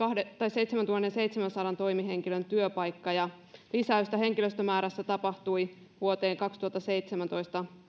seitsemäntuhannenseitsemänsadan toimihenkilön työpaikka ja lisäystä henkilöstömäärässä tapahtui vuoteen kaksituhattaseitsemäntoista